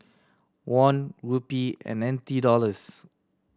Won Rupee and N T Dollars